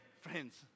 friends